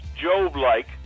Job-like